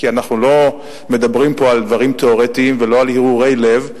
כי אנחנו לא מדברים כאן על דברים תיאורטיים ולא על הרהורי לב,